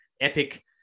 epic